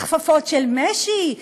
בכפפות של משי,